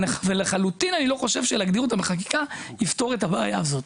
ולחלוטין לא חושב שלהגדיר אותם בחקיקה יפתור את הבעיה הזאת.